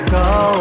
go